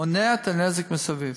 מונע את הנזק מסביב.